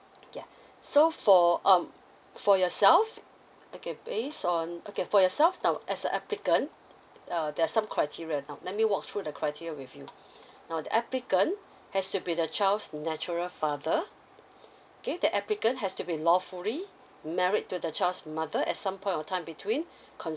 yeah so for um for yourself okay based on okay for yourself now as an applicant err there's some criteria now let me walk through the criteria with you now the applicant has to be the child's natural father okay the applicant has to be lawfully married to the child's mother at some point of time between